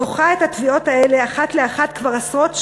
דוחה את התביעות האלה אחת לאחת כבר עשרות שנים?